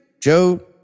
Joe